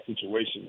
situation